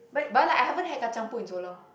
but like I haven't had like kacang-puteh in so long